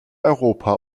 europa